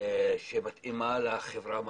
שמתאימה לחברה המערבית.